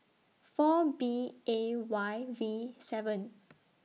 four B A Y V seven